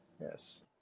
Yes